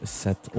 set